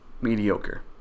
mediocre